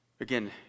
Again